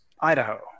Idaho